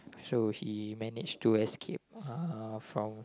so he manage to escape uh from